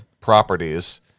properties